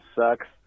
Sucks